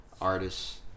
Artists